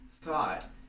thought